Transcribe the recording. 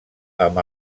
amb